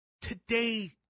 today